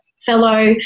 fellow